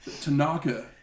Tanaka